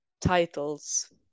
titles